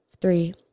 Three